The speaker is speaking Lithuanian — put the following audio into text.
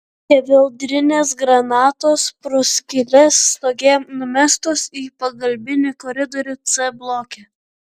skeveldrinės granatos pro skyles stoge numestos į pagalbinį koridorių c bloke